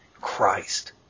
Christ